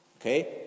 Okay